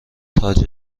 تاج